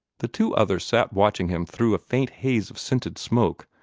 the two others sat watching him through a faint haze of scented smoke,